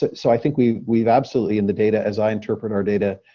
so i think we've we've absolutely in the data as i interpret our data,